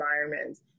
environments